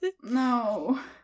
No